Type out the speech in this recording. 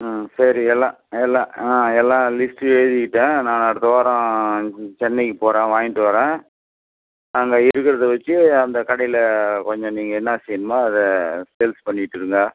ம் சரி எல்லா எல்லா ஆ எல்லா லிஸ்ட்டும் எழுதிக்கிட்டேன் நான் அடுத்த வாரம் சென்னைக்கு போகறேன் வாங்கிகிட்டு வர்றேன் அங்கே இருக்குறதை வச்சு அந்த கடையில கொஞ்சம் நீங்கள் என்ன செய்யணுமோ அதை சேல்ஸ் பண்ணிவிட்டு இருங்க